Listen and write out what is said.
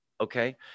okay